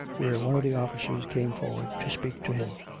where one of the officers came forward to speak to him.